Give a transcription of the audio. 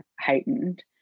heightened